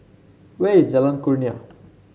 where is Jalan Kurnia